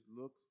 look